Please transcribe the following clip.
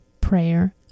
prayer